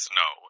no